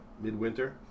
midwinter